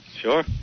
Sure